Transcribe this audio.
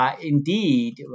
indeed